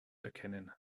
erkennen